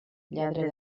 lladre